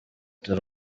dore